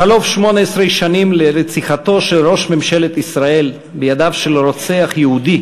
בחלוף 18 שנים לרציחתו של ראש ממשלת ישראל בידיו של רוצח יהודי,